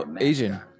Asian